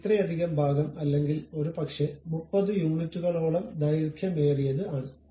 അതിനാൽ ഇത്രയധികം ഭാഗം അല്ലെങ്കിൽ ഒരുപക്ഷേ 30 യൂണിറ്റുകളോളം ദൈർഘ്യമേറിയത് ആണ്